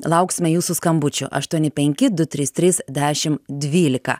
lauksime jūsų skambučio aštuoni penki du trys trys dešim dvylika